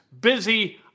busy